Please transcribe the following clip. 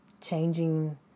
changing